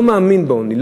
לא מאמין בעוני,